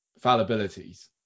fallibilities